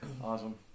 Awesome